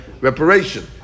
reparation